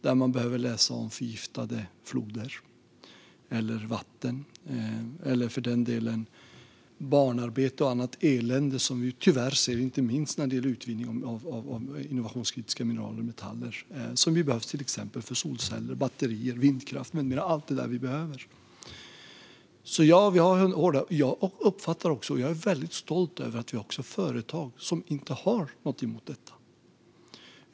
Där kan man läsa om förgiftade floder eller vatten, eller för den delen barnarbete och annat elände som vi tyvärr ser inte minst när det gäller utvinning av innovationskritiska mineral och metaller. De behövs till exempel för solceller, batterier och vindkraft. Allt detta är saker vi behöver. Vi har hårda regler. Jag uppfattar och är väldigt stolt över att vi har företag som inte har någonting emot detta.